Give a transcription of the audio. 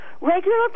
Regular